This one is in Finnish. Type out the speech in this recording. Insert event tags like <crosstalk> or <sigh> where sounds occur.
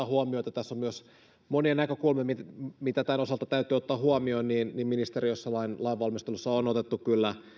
<unintelligible> huomioon että tässä on myös monia näkökulmia mitä mitä tämän osalta täytyy ottaa huomioon ministeriössä lain valmistelussa otettu kyllä